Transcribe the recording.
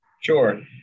Sure